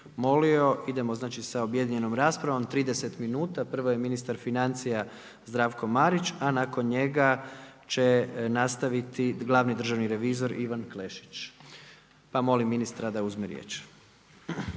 molio, idemo znači sa objedinjenom raspravom 30 minuta. Prvo je ministar financija Zdravko Marić, a nakon njega će nastaviti glavni državni revizor Ivan Klešić, pa molim ministra da uzme riječ.